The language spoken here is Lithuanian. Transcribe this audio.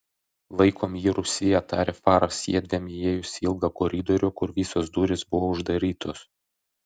laikom jį rūsyje tarė faras jiedviem įėjus į ilgą koridorių kur visos durys buvo uždarytos